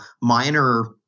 minor